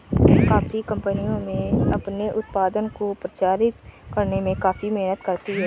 coffee कंपनियां अपने उत्पाद को प्रचारित करने में काफी मेहनत करती हैं